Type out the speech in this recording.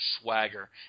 swagger